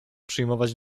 przyjmować